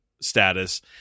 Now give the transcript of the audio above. status